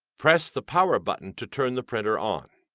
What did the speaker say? press the power button to turn the printer on.